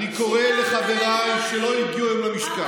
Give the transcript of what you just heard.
אני קורא לחבריי שלא הגיעו היום למשכן,